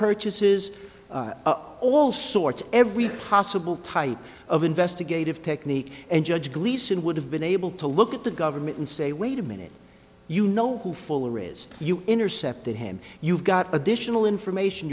purchases all sorts every possible type of investigative technique and judge gleason would have been able to look at the government and say wait a minute you know who fuller is you intercepted him you've got additional information